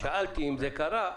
שאלתי אם זה קרה,